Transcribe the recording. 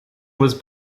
was